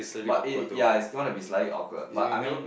but it ya it's gonna be slightly awkward but I mean